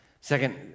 Second